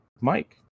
Mike